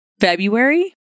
February